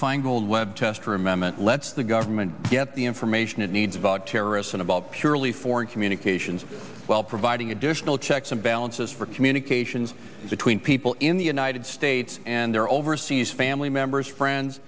feingold web test remember it lets the government get the information it needs about terrorists and about purely foreign communications well providing additional checks and balances for communications between people in the united states and their overseas family members friends